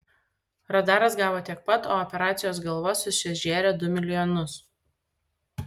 radaras gavo tiek pat o operacijos galva susižėrė du milijonus